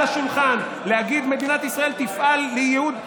השולחן ולהגיד שמדינת ישראל תפעל לייהוד.